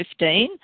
2015